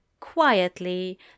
quietly